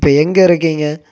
இப்போ எங்கே இருக்கீங்கள்